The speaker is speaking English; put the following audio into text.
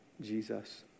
Jesus